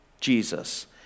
Jesus